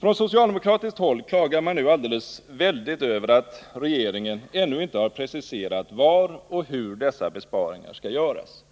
Från socialdemokratiskt håll klagar man nu alldeles väldigt över att regeringen ännu inte har preciserat var och hur dessa besparingar skall göras.